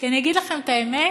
כי אני אגיד לכם את האמת,